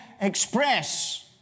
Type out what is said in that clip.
express